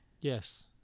Yes